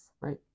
Right